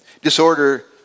Disorder